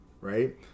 right